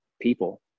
people